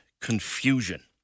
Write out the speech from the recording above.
confusion